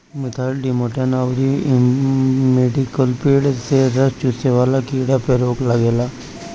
methyl demeton अउरी imidacloprid से रस चुसे वाला कीड़ा पे रोक लागेला